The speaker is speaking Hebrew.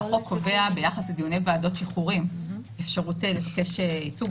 החוק קובע ביחס לדיוני ועדות השחרורים אפשרות לבקש ייצוג,